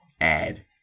add